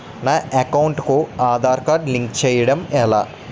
నా అకౌంట్ కు Aadhaar card link చేయడం ఎలా?